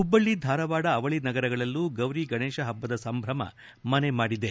ಹುಬ್ಬಳ್ಲಿ ಧಾರವಾಡ ಅವಳಿ ನಗರಗಳಲ್ಲೂ ಗೌರಿ ಗಣೇಶ ಹಬ್ಬದ ಸಂಭ್ರಮ ಮನೆ ಮಾಡಿದೆ